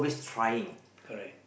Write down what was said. correct